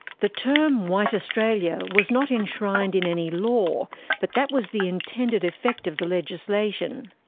the term white australia was not enshrined in any law but that was the intended effect of the legislation.